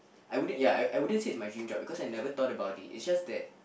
I wouldn't ya I I wouldn't say is my dream job cause I never thought about is just that